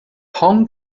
hong